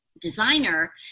designer